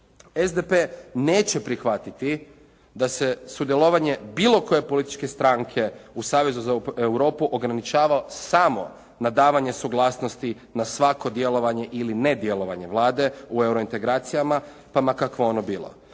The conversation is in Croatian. SDP neće prihvatiti da se sudjelovanje bilo koje političke stranke u savezu za Europu ograničava samo na davanje suglasnosti na svako djelovanje ili ne djelovanje Vlade u eurointegracijama pa ma kakvo ono bilo.